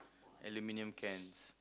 aluminum cans